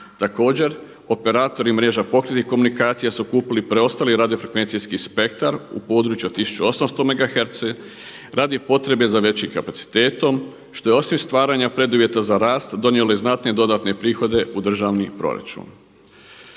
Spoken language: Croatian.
Također, operator i mreža pokretnih komunikacija su kupili preostali radio frekvencijski spektar u području 1800 magaherca radi potrebe za većim kapacitetom što je osim stvaranja preduvjeta za rast donijelo i znatnije dodatne prihode u državni proračun.